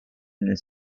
nel